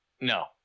No